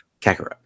Kakarot